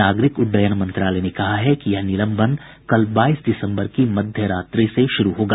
नागरिक उड्डयन मंत्रालय ने कहा है कि यह निलंबन कल बाईस दिसम्बर की मध्य रात्रि से शुरू होगा